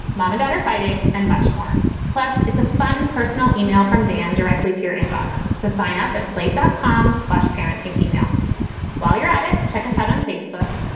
mom and dad are fighting and much more. plus, it's a fun personal email from dan directly to your inbox. so sign up at slate dot com slash parenting email while you're at it. check us out on facebook.